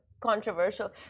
controversial